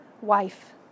wife